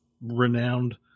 renowned